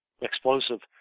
explosive